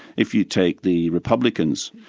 if you take the republicans,